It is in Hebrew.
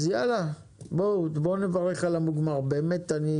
אז יאללה, בוא נברך על המוגמר, באמת אני